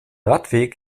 radweg